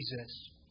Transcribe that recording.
Jesus